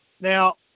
Now